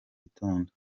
gitondo